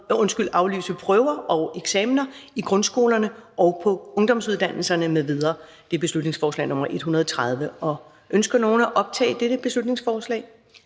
om at aflyse prøver og eksamener i grundskolerne og på ungdomsuddannelserne m.v. (Beslutningsforslag nr. B 130). Ønsker nogen at optage dette beslutningsforslag?